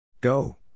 Go